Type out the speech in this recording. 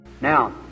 Now